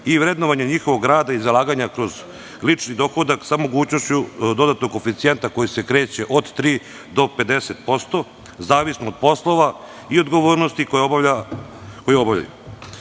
i vrednovanje njihovog rada i zalaganja kroz lično dohodak sa mogućnošću dodatnog koeficijenta koji se kreće od 3% do 50%, zavisno od poslova i odgovornosti koje obavljaju.